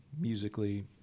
musically